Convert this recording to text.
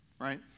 right